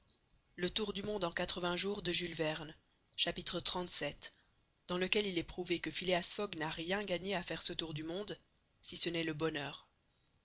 xxxvii dans lequel il est prouvé que phileas fogg n'a rien gagné a faire ce tour du monde si ce n'est le bonheur